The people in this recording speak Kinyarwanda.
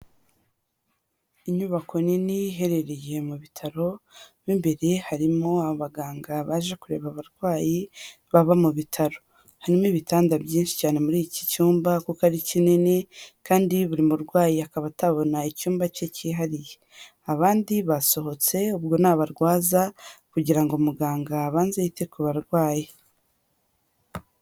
Inyubako nini iherereye mu bitaro; mo imbere harimo abaganga baje kureba abarwayi baba mu bitaro, harimo ibitanda byinshi cyane muri iki cyumba kuko ari kinini kandi buri murwayi akaba atabona icyumba cye cyihariye, abandi basohotse ubwo ni abarwaza kugira ngo muganga abanze yite ku barwayi.